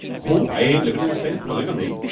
oh, i ain't livin' in the state of polygamy.